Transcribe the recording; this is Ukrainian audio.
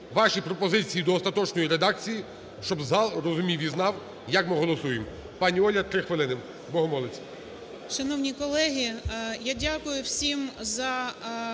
ваші пропозиції до остаточної редакції, щоб зал розумів і знав, як ми голосуємо. Пані Оля, 3 хвилини, Богомолець.